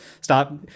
Stop